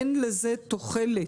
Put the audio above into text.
אין לזה תוחלת.